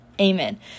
Amen